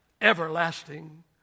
everlasting